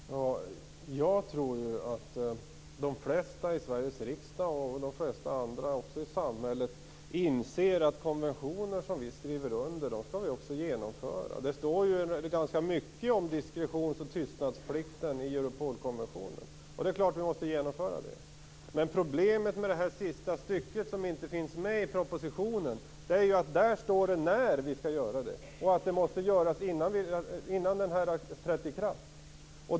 Fru talman! Jag tror ju att de flesta i Sveriges riksdag och de flesta andra i samhället också inser att konventioner som vi skriver under skall vi också genomföra. Det står ganska mycket om diskretionsoch tystnadsplikten i Europolkonventionen. Det är klart att vi måste genomföra det. Men problemet med det sista stycket, som inte finns med i propositionen, är att det där står när vi skall göra det och att det måste göras innan konventionen har trätt i kraft.